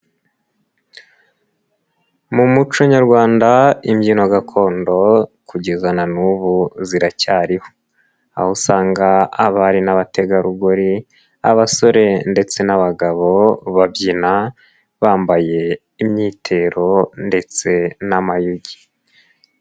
Mu muco nyarwanda imbyino gakondo kugeza na n'ubu ziracyariho aho usanga abari n'abategarugori, abasore ndetse n'abagabo babyina bambaye imyitero ndetse n'amayugi.